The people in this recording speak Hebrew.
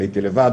עליתי לבד,